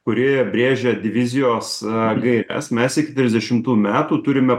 kuri brėžia divizijos gaires mes iki trisdešimų metų turime